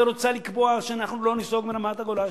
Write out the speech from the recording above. ורוצה לקבוע שאנחנו לא ניסוג מרמת-הגולן,